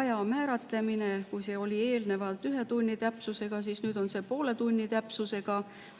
aja määratlemine – eelnevalt oli see ühe tunni täpsusega, aga nüüd on see poole tunni täpsusega.